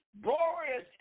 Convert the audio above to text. glorious